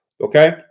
Okay